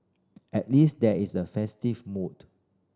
at least there is a festive mood